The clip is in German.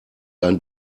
ein